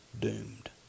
doomed